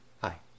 Hi